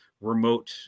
remote